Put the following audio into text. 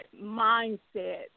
mindset